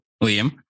William